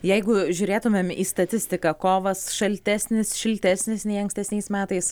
jeigu žiūrėtumėm į statistiką kovas šaltesnis šiltesnis nei ankstesniais metais